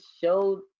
showed